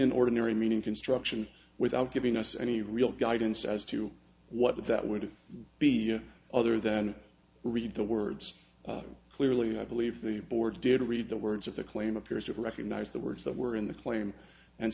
and ordinary meaning construction without giving us any real guidance as to what that would be other than read the words clearly i believe the board did read the words of the claim appears to recognize the words that were in the claim and